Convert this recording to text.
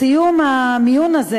בסיום המיון הזה